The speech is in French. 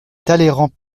talleyrand